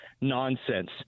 nonsense